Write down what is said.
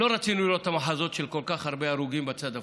לא רצינו לראות את המחזות של כל כך הרבה הרוגים בצד הפלסטיני.